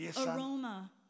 aroma